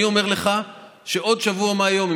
אני אומר לך שעוד שבוע מהיום,